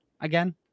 again